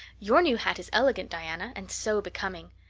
your new hat is elegant, diana, and so becoming.